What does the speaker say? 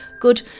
good